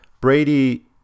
Brady